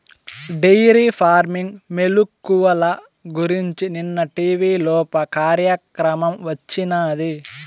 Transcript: dairy farming మెలుకువల గురించి నిన్న టీవీలోప కార్యక్రమం వచ్చినాది